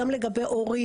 גם לגבי הורים.